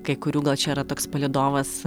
kai kurių gal čia yra toks palydovas